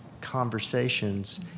conversations